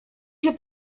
się